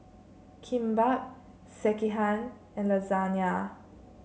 Kimbap Sekihan and Lasagna